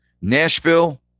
nashville